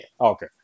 Okay